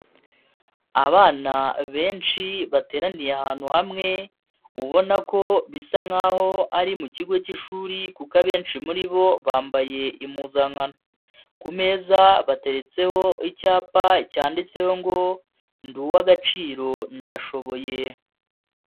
Abana benshi bateraniye ahantu hamwe ubona ko bisa nkaho ari mu kigo cy'ishuri kuko abenshi muri bo bambaye impuzankano, ku meza bateretseho icyapa cyanditseho ngo ndi uw'agaciro ndashoboye.